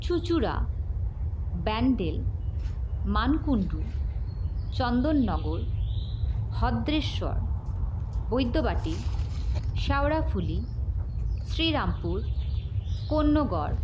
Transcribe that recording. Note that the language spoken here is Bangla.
চুঁচুড়া ব্যান্ডেল মানকুণ্ডু চন্দননগর ভদ্রেশ্বর বৈদ্যবাটি শ্যাওরাফুলি শ্রীরামপুর কোন্নগর